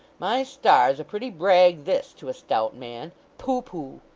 my stars a pretty brag this to a stout man pooh, pooh